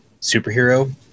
superhero